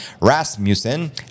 Rasmussen